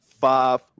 five